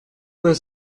vingt